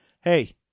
hey